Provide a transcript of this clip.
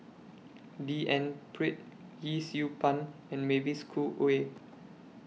D N Pritt Yee Siew Pun and Mavis Khoo Oei